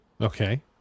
Okay